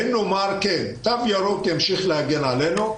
האם נאמר שתו ירוק ימשיך להגן עלינו,